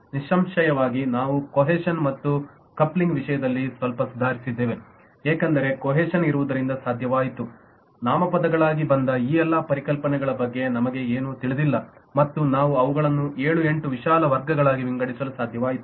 ನಿಸ್ಸಂಶಯವಾಗಿ ನಾವು ಕೊಹೇಷನ್ ಮತ್ತು ಕಾಪ್ಲಿನ್ಗ್ ವಿಷಯದಲ್ಲಿ ಸ್ವಲ್ಪ ಸುಧಾರಿಸಿದೆ ಏಕೆಂದರೆ ಕೊಹೇಷನ್ ಇರುವುದರಿಂದ ಸಾಧ್ಯವಾಯಿತು ನಾಮಪದಗಳಾಗಿ ಬಂದ ಈ ಎಲ್ಲಾ ಪರಿಕಲ್ಪನೆಗಳ ಬಗ್ಗೆ ನಮಗೆ ಏನೂ ತಿಳಿದಿಲ್ಲ ಈಗ ನಾವು ಅವುಗಳನ್ನು ಏಳು ಎಂಟು ವಿಶಾಲ ವರ್ಗಗಳಾಗಿ ವಿಂಗಡಿಸಲು ಸಾಧ್ಯವಾಯಿತು